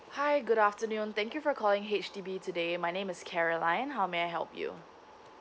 hi good afternoon thank you for calling H_D_B today my name is Caroline how may I help you